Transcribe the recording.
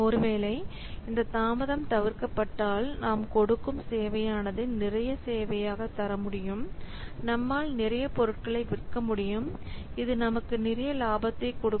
ஒருவேளை இந்த தாமதம் தவிர்க்கப்பட்டால் நாம் கொடுக்கும் சேவையானது நிறைய சேவையாக தரமுடியும் நம்மால் நிறைய பொருட்களை விற்க முடியும் இது நமக்கு நிறைய லாபத்தை கொடுக்கும்